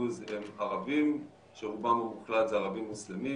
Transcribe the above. הם ערבים כשרובם המוחלט זה ערבים מוסלמים.